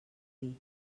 dir